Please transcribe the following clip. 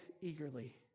eagerly